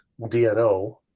DNO